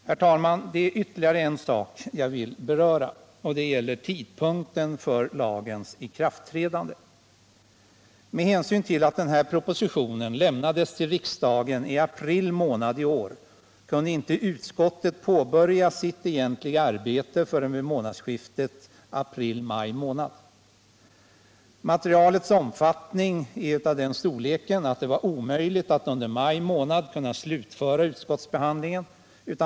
Herr talman! Det är ytterligare en sak jag vill beröra; den gäller tidpunkten för lagens ikraftträdande. Med hänsyn till att den här propositionen lämnades till riksdagen i april månad i år kunde utskottet inte påbörja sitt egentliga arbete förrän vid månadsskiftet april-maj. Materialets omfattning är av den storleken att det var omöjligt att under maj månad kunna slutföra utskottsbehandlingen.